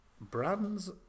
brands